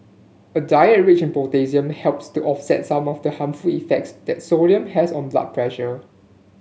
a diet rich in potassium helps to offset some of the harmful effects that sodium has on blood pressure